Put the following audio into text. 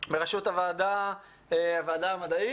בראשות הועדת המדעית.